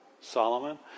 Solomon